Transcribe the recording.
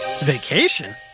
Vacation